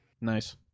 Nice